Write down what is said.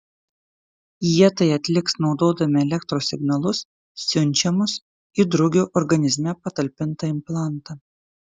jie tai atliks naudodami elektros signalus siunčiamus į drugio organizme patalpintą implantą